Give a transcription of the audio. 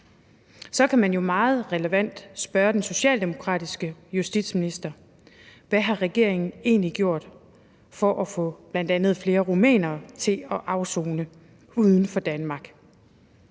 Så kan man jo meget relevant spørge den socialdemokratiske justitsminister: Hvad har regeringen egentlig gjort for at få bl.a. flere rumænere til at afsone uden for Danmark?